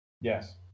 Yes